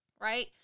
right